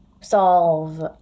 solve